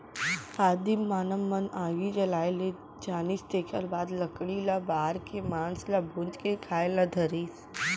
आदिम मानव मन आगी जलाए ले जानिस तेखर बाद लकड़ी ल बार के मांस ल भूंज के खाए ल धरिस